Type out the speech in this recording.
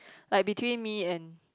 like between me and